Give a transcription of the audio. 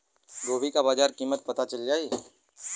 गोभी का बाजार कीमत पता चल जाई?